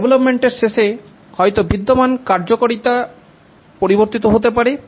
ডেভলপমেন্টের শেষে হয়তো বিদ্যমান কার্যকারিতা পরিবর্তিত হতে পারে